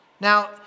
Now